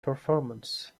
performance